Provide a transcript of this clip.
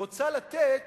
רוצה לתת